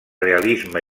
realisme